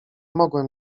mogłem